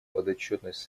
подотчетность